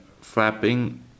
flapping